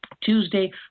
Tuesday